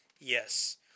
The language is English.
Yes